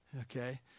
okay